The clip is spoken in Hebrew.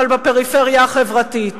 אבל בפריפריה החברתית,